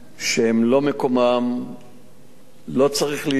שמקומם לא צריך להיות,